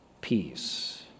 peace